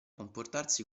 comportarsi